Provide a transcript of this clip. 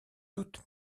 toute